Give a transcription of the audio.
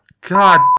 God